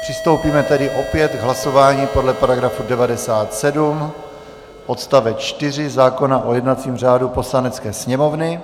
Přistoupíme tedy opět k hlasování podle § 97 odst. 4 zákona o jednacím řádu Poslanecké sněmovny.